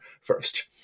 first